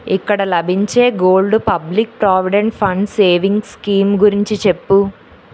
ఇక్కడ లభించే gold public provident fund savings scheme గురించి చెప్పు